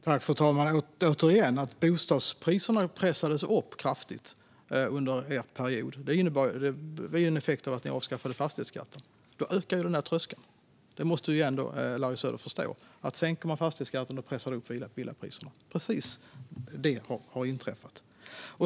Fru ålderspresident! Återigen, Larry Söder: Att bostadspriserna pressades upp kraftigt under er period var en effekt av att ni avskaffade fastighetsskatten. Då blev tröskeln högre. Det måste du ändå förstå. Om man sänker fastighetsskatten pressar man upp villapriserna. Precis detta har inträffat.